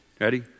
Ready